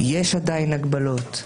יש עדיין הגבלות.